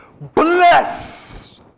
Bless